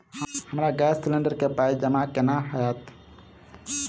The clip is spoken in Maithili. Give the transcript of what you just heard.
हमरा गैस सिलेंडर केँ पाई जमा केना हएत?